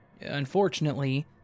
Unfortunately